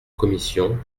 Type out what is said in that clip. commission